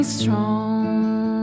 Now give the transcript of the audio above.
strong